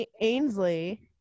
Ainsley